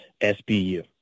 SBU